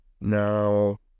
Now